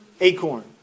acorn